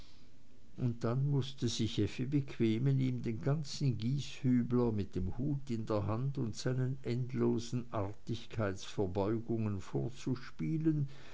und dann mußte sich effi bequemen ihm den ganzen gieshübler mit dem hut in der hand und seinen endlosen artigkeitsverbeugungen vorzuspielen